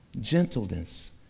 gentleness